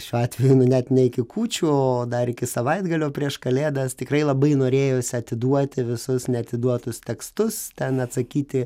šiuo atveju nu net ne iki kūčių o dar iki savaitgalio prieš kalėdas tikrai labai norėjosi atiduoti visus neatiduotus tekstus ten atsakyti